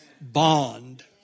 bond